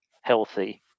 healthy